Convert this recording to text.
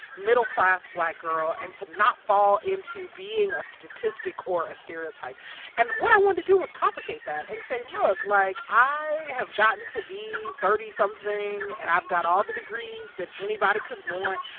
middle-class black girl and to not fall into being a statistic or a stereotype and what i wanted to do was complicate that and say, look. like, i have gotten to be thirty something. and i've got all the degrees that anybody could want.